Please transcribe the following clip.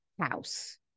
house